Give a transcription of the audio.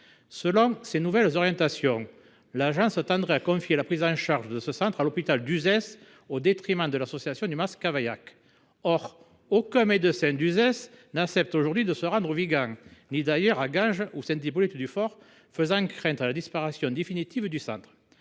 Selon les nouvelles orientations, l’agence confierait la prise en charge de ce centre à l’hôpital d’Uzès, au détriment de l’association du Mas Cavaillac. Or aucun médecin d’Uzès n’accepte aujourd’hui de se rendre au Vigan, ni d’ailleurs à Ganges ou à Saint Hippolyte du Fort, faisant craindre la disparition définitive du centre.